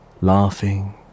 laughing